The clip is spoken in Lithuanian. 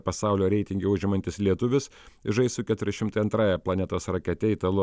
pasaulio reitinge užimantis lietuvis žais su keturi šimtai antrąja planetos rakete italu